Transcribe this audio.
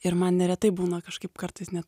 ir man neretai būna kažkaip kartais net